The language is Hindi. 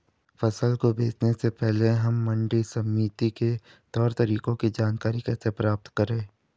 फसल को बेचने से पहले हम मंडी समिति के तौर तरीकों की जानकारी कैसे प्राप्त करें?